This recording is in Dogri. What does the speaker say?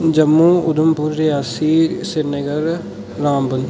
जम्मू उधमपुर रियासी श्रीनगर रामबन